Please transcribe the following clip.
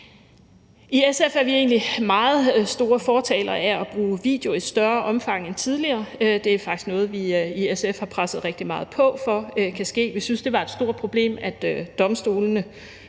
I SF er vi egentlig meget store fortalere for at bruge video i større omfang end tidligere. Det er faktisk noget, som vi i SF har presset rigtig meget på for kan ske. Vi synes, det var et stort problem, at domstolene